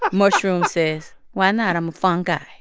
but mushroom says, why not? i'm a fun guy.